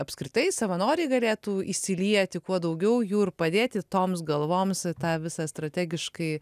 apskritai savanoriai galėtų įsilieti kuo daugiau jų ir padėti toms galvoms tą visą strategiškai